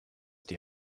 die